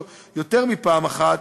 יותר מפעם אחת,